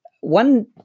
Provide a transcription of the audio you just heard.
One